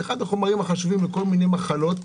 זהו אחד החומרים החשובים בכל מיני מחלות.